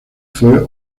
fue